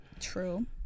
True